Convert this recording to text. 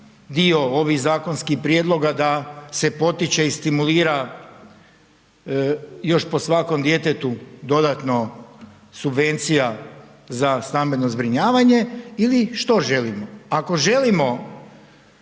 dio ovih zakonskih prijedloga da se potiče i stimulira, još po svakom djetetu dodatno subvencija za stambeno zbrinjavanje ili što želimo? Ako želimo